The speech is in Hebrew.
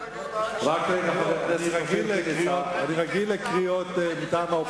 תהליכים שעוברים על מפלגת העבודה.